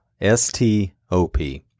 S-T-O-P